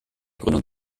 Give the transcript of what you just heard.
gründung